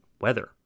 weather